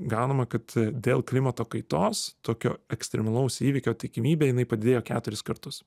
gaunama kad dėl klimato kaitos tokio ekstremalaus įvykio tikimybė jinai padėjo keturis kartus